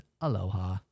aloha